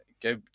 go